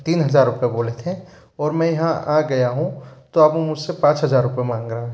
तीन हज़ार रुपए बोले थे और मैं यहाँ आ गया हूँ तो अब मुझसे पाँच हजार रुपए माँग रहा है